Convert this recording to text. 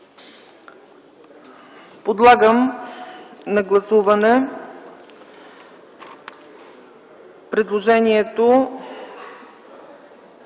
Подлагам на гласуване предложението